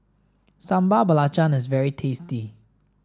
Sambal Belacan is very tasty